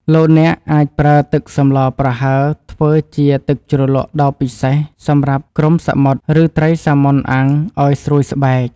លោកអ្នកអាចប្រើទឹកសម្លប្រហើរធ្វើជាទឹកជ្រលក់ដ៏ពិសេសសម្រាប់គ្រំសមុទ្រឬត្រីសាម៉ុនអាំងឱ្យស្រួយស្បែក។